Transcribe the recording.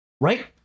Right